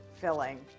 filling